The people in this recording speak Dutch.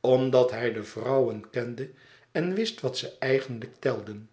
omdat hij de vrouwen kende en wist wat ze eigenlijk telden